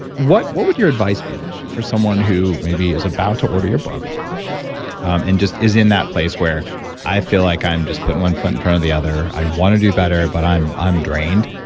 what what would your advice be for someone who maybe is about to order your book and just is in that place where i feel like i'm just putting one foot in front of the other, i want to do better, but i'm i'm drained.